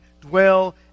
dwell